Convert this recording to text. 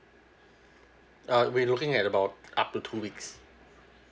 uh we looking at about up to two weeks